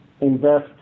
invest